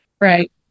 right